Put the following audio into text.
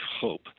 Hope